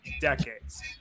decades